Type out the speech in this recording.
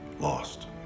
lost